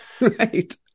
right